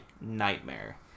nightmare